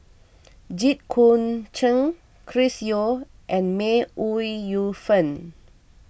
Jit Koon Ch'ng Chris Yeo and May Ooi Yu Fen